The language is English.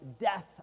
death